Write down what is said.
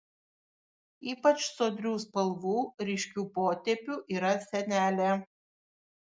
ypač sodrių spalvų ryškių potėpių yra senelė